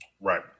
right